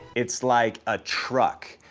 it's like a truck,